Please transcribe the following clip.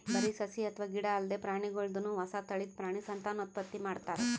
ಬರಿ ಸಸಿ ಅಥವಾ ಗಿಡ ಅಲ್ದೆ ಪ್ರಾಣಿಗೋಲ್ದನು ಹೊಸ ತಳಿದ್ ಪ್ರಾಣಿ ಸಂತಾನೋತ್ಪತ್ತಿ ಮಾಡ್ತಾರ್